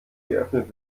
geöffnet